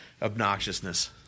obnoxiousness